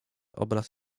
obraz